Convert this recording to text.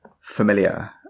familiar